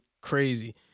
crazy